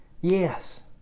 Yes